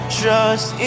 trust